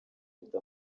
bafite